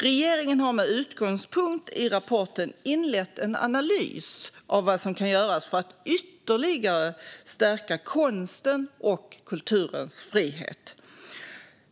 Regeringen har med utgångspunkt i rapporten inlett arbetet med en analys av vad som kan göras för att ytterligare stärka konstens och kulturens frihet.